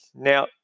Now